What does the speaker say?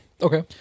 Okay